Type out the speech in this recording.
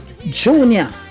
Junior